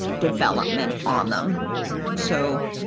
development on them so.